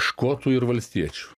škotu ir valstiečiu